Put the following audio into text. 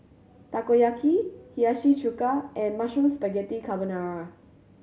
Takoyaki Hiyashi Chuka and Mushroom Spaghetti Carbonara